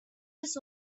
was